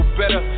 better